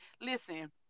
Listen